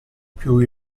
più